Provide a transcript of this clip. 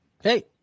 Hey